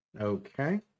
Okay